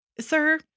Sir